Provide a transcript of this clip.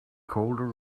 colder